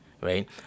right